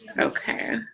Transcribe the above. Okay